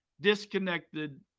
disconnected